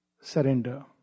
surrender